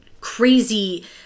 crazy